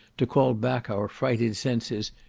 to call back our frighted senses,